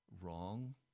wrong